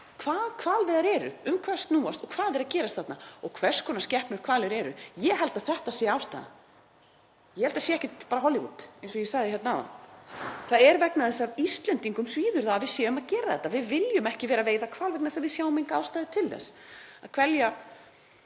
hvað hvalveiðar eru, um hvað þær snúast og hvað er að gerast þarna og hvers konar skepnur hvalir eru. Ég held að þetta sé ástæðan. Ég held að það sé ekki bara Hollywood eins og ég sagði hérna áðan. Það er vegna þess að Íslendingum svíður það að við séum að gera þetta. Við viljum ekki vera að veiða hval vegna þess að við sjáum enga ástæðu til þess